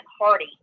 hardy